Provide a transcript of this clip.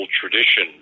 tradition